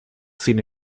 sin